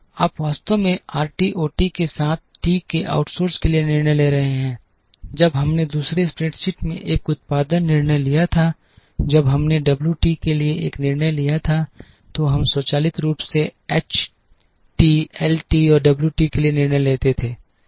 आप वास्तव में आरटी ओटी के साथ साथ टी के आउटसोर्स के लिए निर्णय ले रहे हैं जब हमने दूसरे स्प्रेडशीट में एक उत्पादन निर्णय लिया था जब हमने डब्ल्यू टी के लिए एक निर्णय लिया था तो हम स्वचालित रूप से एच टी एल टी और डब्ल्यू टी के लिए निर्णय लेते थे